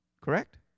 Correct